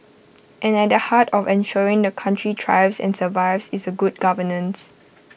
and at the heart of ensuring the country thrives and survives is A good governance